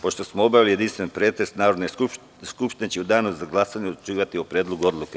Pošto smo obavili jedinstveni pretres, Narodna skupština će u danu za glasanje odlučivati o Predlogu odluke.